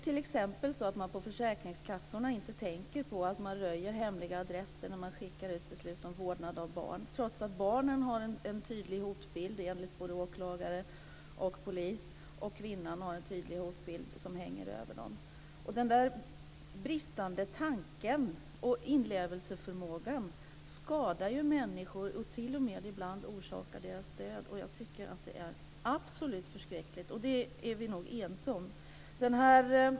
T.ex. tänker försäkringskassorna inte på att man röjer hemliga adresser när man skickar ut beslut om vårdnad av barn, trots att barnen och kvinnan har en tydlig hotbild hängande över sig enligt både åklagare och polis. Denna bristande tanke och inlevelseförmåga skadar ju människor och orsakar t.o.m. ibland deras död. Jag tycker att det är absolut förskräckligt, och det är vi nog ense om.